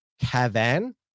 Cavan